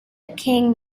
king